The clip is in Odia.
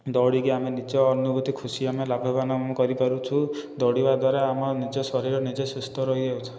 ଦୌଡ଼ିକି ଆମେ ନିଜେ ଅନୁଭୂତି ଖୁସି ଆମେ ଲାଭବାନ ଆମେ କରି ପାରୁଛୁ ଦୌଡ଼ିବା ଦ୍ୱାରା ଆମ ନିଜ ଶରୀର ନିଜେ ସୁସ୍ଥ ରହିଅଛି